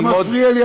אתה מפריע לי,